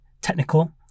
technical